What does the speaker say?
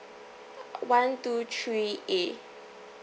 one two three A